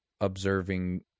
observing